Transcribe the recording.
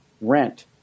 rent